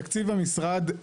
תקצבי המשרד,